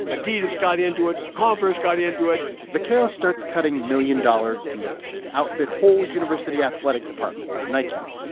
adidas got into it. converse got into it vaccaro starts cutting million-dollar deals to outfit whole university athletic departments with nike's.